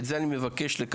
את זה אני מבקש לקבל,